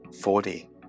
Forty